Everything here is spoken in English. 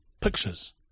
pictures